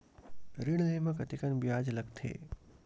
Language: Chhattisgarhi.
ऋण ले म कतेकन ब्याज लगथे?